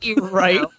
right